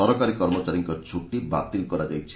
ସରକାରୀ କର୍ମଚାରୀଙ୍କ ଛଟି ବାତିଲ କରାଯାଇଛି